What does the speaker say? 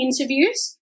interviews